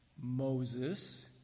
Moses